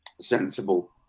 sensible